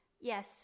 Yes